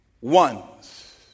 ones